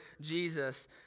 Jesus